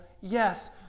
yes